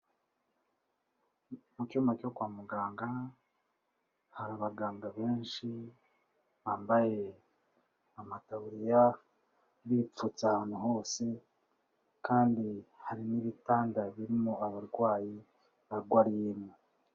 Mu cyumba cyo kwa muganga hari abaganga benshi bambaye amataburiya, bipfutse ahantu hose kandi hari n'ibitanda birimo abarwayi barwariyemo.